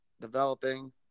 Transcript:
developing